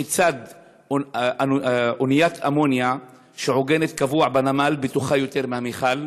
כיצד אוניית אמוניה שעוגנת קבוע בנמל בטוחה יותר מהמכל?